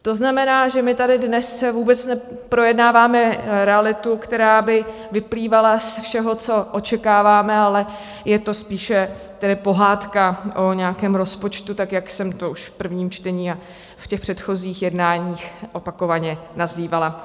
To znamená, že my tady dnes vůbec neprojednáváme realitu, která by vyplývala ze všeho, co očekáváme, ale je to spíše pohádka o nějakém rozpočtu, tak jak jsem to už v prvním čtení a v těch předchozích jednáních opakovaně nazývala.